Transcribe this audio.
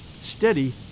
steady